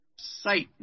Satan